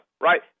right